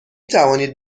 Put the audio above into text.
توانید